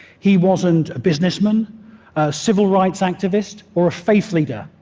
he wasn't a businessman, a civil rights activist or a faith leader.